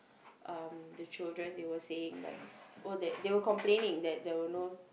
um the children they were saying like they were complaining that there were no